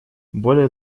более